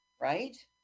right